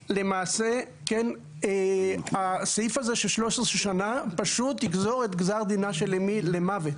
למעשה הסעיף הזה של 13 שנים פשוט יגזור את גזר דינה של אימי למוות.